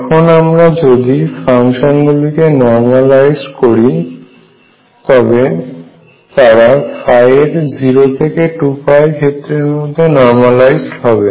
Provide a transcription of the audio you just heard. এখন আমরা যদি ফাংশন গুলিকে নর্মালাইজ করি তবে তারা এর 0 থেকে 2 ক্ষেত্রের মধ্যে নর্মালাইজড হবে